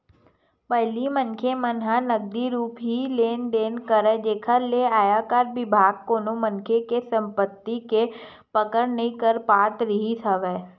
पहिली मनखे मन ह नगदी रुप ही लेन देन करय जेखर ले आयकर बिभाग कोनो मनखे के संपति के पकड़ नइ कर पात रिहिस हवय